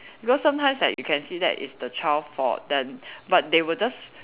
because sometimes that you can see that it's the child fault then but they will just